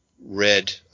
red